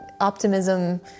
optimism